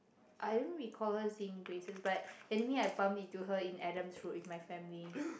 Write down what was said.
I don't recall her in braces but anyway I bumped into her in Adam road with my family